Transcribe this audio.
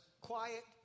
quiet